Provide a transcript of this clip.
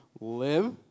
live